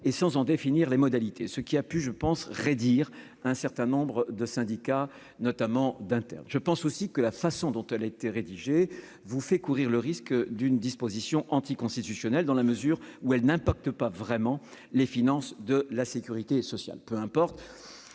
et sans en définir les modalités, ce qui a pu je pense raidir un certain nombre de syndicats notamment d'internes, je pense aussi que la façon dont elle a été rédigée vous fait courir le risque d'une disposition anti-constitutionnelle dans la mesure où elle n'importe pas vraiment les finances de la Sécurité sociale, peu importe